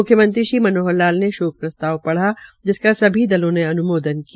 म्ख्यमंत्री श्री मनोहर लाल ने शो प्रस्ताव पढ़ा जिसका सभी दलों ने अन्मोदन किया